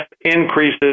increases